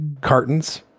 cartons